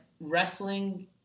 wrestling